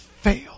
fail